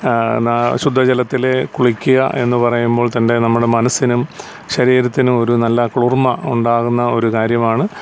ശുദ്ധ ജലത്തിൽ കുളിക്കുക എന്ന് പറയുമ്പോൾ തന്നെ നമ്മുടെ മനസ്സിനും ശരീരത്തിനും ഒരു നല്ല കുളിർമ്മ ഉണ്ടാകുന്ന ഒരു കാര്യമാണ്